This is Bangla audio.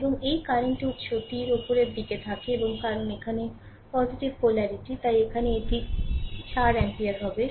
এবং এটি কারেন্ট উত্স হবে তীর উপরের দিকে থাকে এবং কারণ এখানে পোলারিটি তাই এখানে এটি 4 অ্যাম্পিয়ার হবে